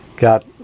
got